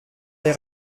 les